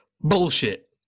Bullshit